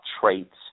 traits